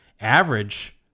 Average